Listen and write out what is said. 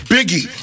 Biggie